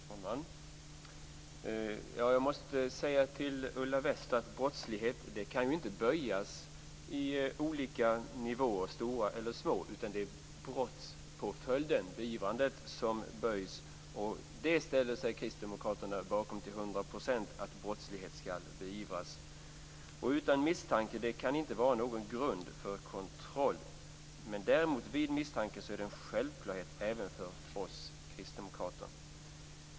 Herr talman! Jag måste säga till Ulla Wester att brottslighet inte kan böjas i olika nivåer, i stora eller små. Det är brottspåföljden, beivrandet, som böjs. Det ställer sig kristdemokraterna bakom till hundra procent. Brottslighet skall beivras! Vidare kan "utan misstanke" inte vara någon grund för kontroll. Vid misstanke är det däremot en självklarhet även för oss kristdemokrater.